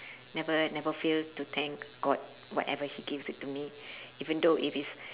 never never fail to thank god whatever he gives it to me even though it is